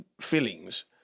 feelings